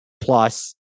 plus